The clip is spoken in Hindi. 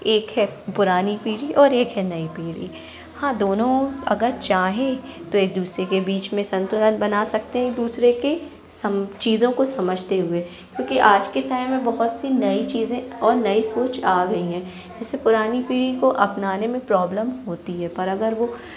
एक है पुरानी पीढ़ी और एक है नई पीढ़ी हाँ दोनों अगर चाहें तो एक दूसरे के बीच में संतुलन बना सकते हैं एक दूसरे के चीज़ों को समझते हुए क्योंकि आज की टाइम में बहुत सी नई चीज़ें और नई सोच आ गई हैं इस पुरानी पीढ़ी को अपनाने में प्रॉब्लम होती है पर अगर वो